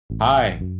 Hi